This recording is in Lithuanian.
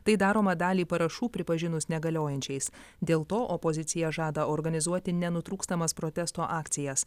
tai daroma dalį parašų pripažinus negaliojančiais dėl to opozicija žada organizuoti nenutrūkstamas protesto akcijas